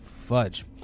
fudge